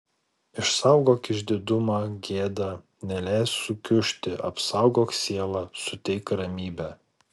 išsaugok išdidumą gėdą neleisk sukiužti apsaugok sielą suteik ramybę